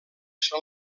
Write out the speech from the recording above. són